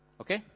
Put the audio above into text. Okay